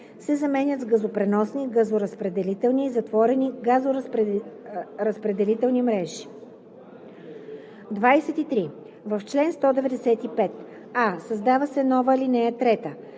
се заменят с „газопреносни, газоразпределителни и затворени газоразпределителни мрежи“. 23. В чл. 195: а) създава се нова ал. 3: